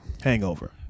hangover